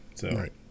Right